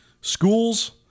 schools